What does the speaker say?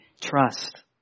trust